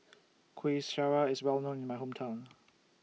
Kuih Syara IS Well known in My Hometown